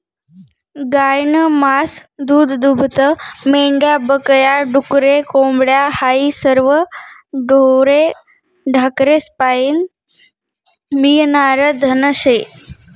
गायनं मास, दूधदूभतं, मेंढ्या बक या, डुकरे, कोंबड्या हायी सरवं ढोरे ढाकरेस्पाईन मियनारं धन शे